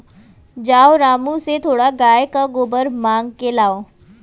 जाओ रामू से थोड़ा गाय का गोबर मांग के लाओ